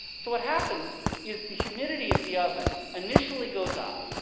so what happens is the humidity of the oven initially goes up,